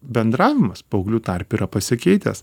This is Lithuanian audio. bendravimas paauglių tarpe yra pasikeitęs